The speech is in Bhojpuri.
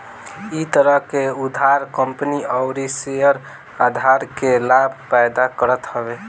इ तरह के उधार कंपनी अउरी शेयरधारक के लाभ पैदा करत हवे